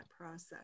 process